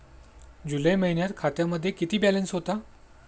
जुलै महिन्यात खात्यामध्ये किती बॅलन्स होता?